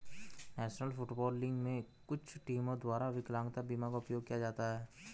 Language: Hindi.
नेशनल फुटबॉल लीग में कुछ टीमों द्वारा विकलांगता बीमा का उपयोग किया जाता है